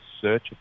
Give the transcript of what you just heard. search